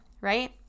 right